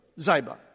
Ziba